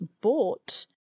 bought